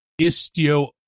istio